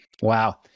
Wow